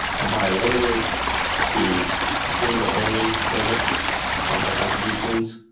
am i limited to a single only limit on my contributions?